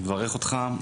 אני מברך אותך.